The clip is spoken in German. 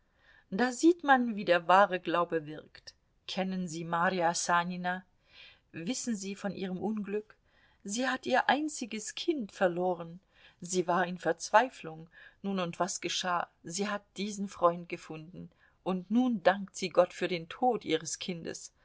da sieht man wie der wahre glaube wirkt kennen sie marja sanina wissen sie von ihrem unglück sie hat ihr einziges kind verloren sie war in verzweiflung nun und was geschah sie hat diesen freund gefunden und nun dankt sie gott für den tod ihres kindes